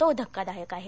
तो धक्कादायक आहे